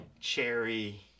cherry